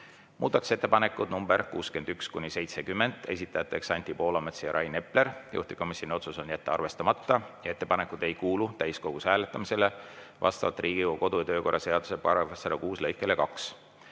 Muudatusettepanekud nr 61–70, esitajad Anti Poolamets ja Rain Epler. Juhtivkomisjoni otsus on jätta arvestamata ja ettepanekud ei kuulu täiskogus hääletamisele vastavalt Riigikogu kodu- ja töökorra seaduse § 106 lõikele 2.